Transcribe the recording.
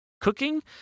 cooking